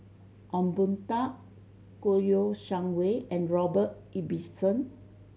Ong Boon Tat Kouo Shang Wei and Robert Ibbetson